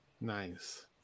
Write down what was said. Nice